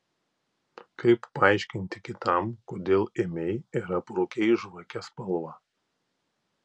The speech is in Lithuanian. kaip paaiškinti kitam kodėl ėmei ir aprūkei žvake spalvą